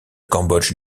cambodge